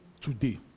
today